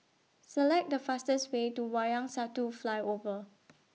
Select The fastest Way to Wayang Satu Flyover